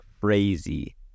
crazy